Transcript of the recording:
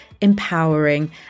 empowering